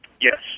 Yes